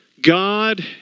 God